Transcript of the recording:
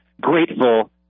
grateful